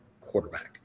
quarterback